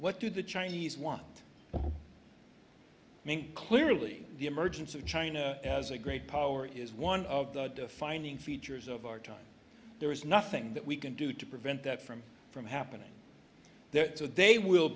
what do the chinese want clearly the emergence of china as a great power is one of the defining features of our time there is nothing that we can do to prevent that from from happening there so they will